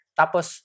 tapos